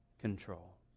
Control